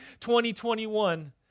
2021